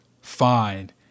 find